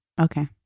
okay